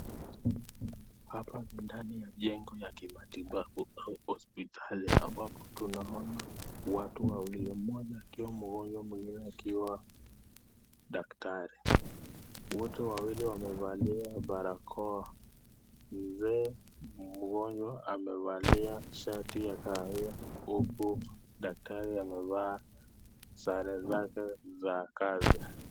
Hapa ni ndani ya jengo la kimatibabu au hospitali ambapo tunaona watu wawili, mmoja akiwa mgonjwa mwingine akiwa daktari. Wote wawili wamevaa barakoa. Mzee mgonjwa amevalia shati ya kahawia huku daktari amevaa sare zake za kazi.